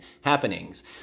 happenings